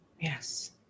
Yes